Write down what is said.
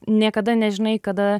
niekada nežinai kada